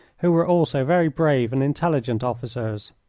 who were also very brave and intelligent officers.